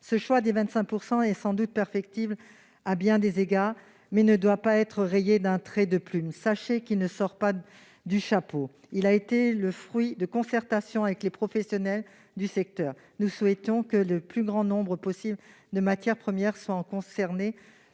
Le seuil de 25 % est sans doute perfectible à bien des égards, mais il ne doit pas être rayé d'un trait de plume. Sachez qu'il ne sort pas du chapeau : il a été le fruit de concertations avec les professionnels du secteur. Nous souhaitions non seulement que le plus grand nombre de matières premières soient concernées